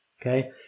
Okay